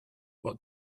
what